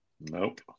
Nope